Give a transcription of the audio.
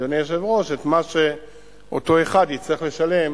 אדוני היושב-ראש, את מה שאותו אחד יצטרך לשלם